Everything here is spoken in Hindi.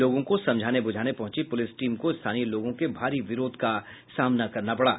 लोगों को समझाने बुझाने पहुंची पुलिस टीम को स्थानीय लोगों के भारी विरोध का सामना करना पड़ा